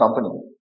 company